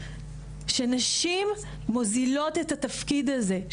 כשנשים מוזילות את התפקיד הזה,